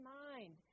mind